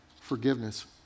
forgiveness